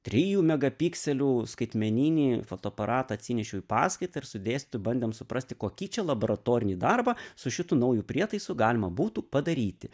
trijų megapikselių skaitmeninį fotoaparatą atsinešiau į paskaitą ir su dėstytoju bandėm suprasti kokį čia laboratorinį darbą su šitu nauju prietaisu galima būtų padaryti